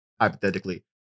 hypothetically